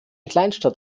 kleinstadt